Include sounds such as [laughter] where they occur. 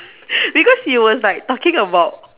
[laughs] because you was like talking about